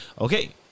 Okay